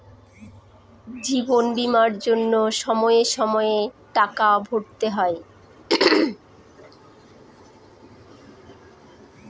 জীবন বীমার জন্য সময়ে সময়ে টাকা ভরতে হয়